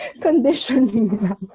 conditioning